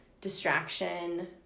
distraction